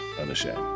Unashamed